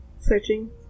searching